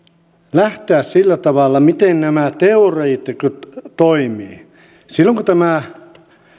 lähteä sillä tavalla miten nämä teoreetikot toimivat silloin kun tämä